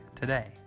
today